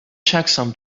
checksum